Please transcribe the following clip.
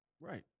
Right